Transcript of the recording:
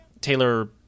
taylor